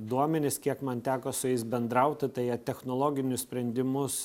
duomenis kiek man teko su jais bendrauti tai jie technologinius sprendimus